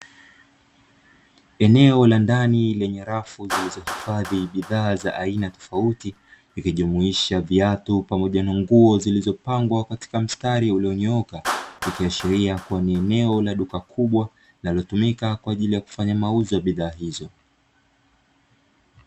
Eneo la ndani lenye rafu zilizohifadhi bidhaa za aina tofauti, ikijumuisha viatu pamoja na nguo zilizopangwa katika mstari ulionyooka, ikiashiria kuwa ni eneo la duka kubwa linalotumika kwa ajili ya kufanya mauzo ya bidhaa hizo.